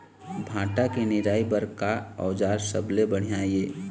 भांटा के निराई बर का औजार सबले बढ़िया ये?